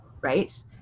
right